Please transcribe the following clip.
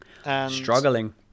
Struggling